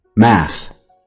Mass